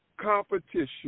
competition